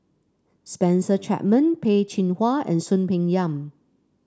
Spencer Chapman Peh Chin Hua and Soon Peng Yam